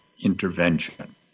intervention